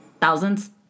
Thousands